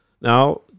now